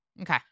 Okay